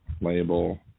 label